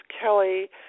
kelly